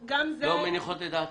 לא מניחות את דעתך?